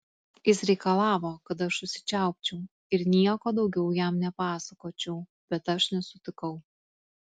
jis reikalavo kad aš užsičiaupčiau ir nieko daugiau jam nepasakočiau bet aš nesutikau